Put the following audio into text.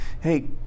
hey